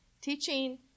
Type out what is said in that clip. teaching